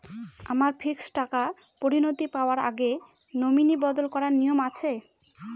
আমার ফিক্সড টাকা পরিনতি পাওয়ার আগে নমিনি বদল করার নিয়ম আছে?